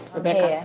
Rebecca